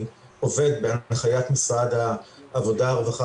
אני עובד בהנחיית משרד העבודה ובכלל